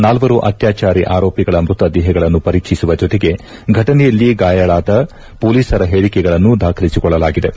ನಾಲ್ವರು ಅತ್ಯಾಚಾರಿ ಆರೋಪಿಗಳ ಮೃತದೇಹಗಳನ್ನು ಪರೀಕ್ಷಿಸುವ ಜೊತೆಗೆ ಘಟನೆಯಲ್ಲಿ ಗಾಯಾಳುಗಳಾದ ಪೊಲೀಸರ ಹೇಳಿಕೆಗಳನ್ನು ದಾಖಲಿಸಿಕೊಳ್ಳಲಾಯಿತು